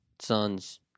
son's